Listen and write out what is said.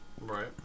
Right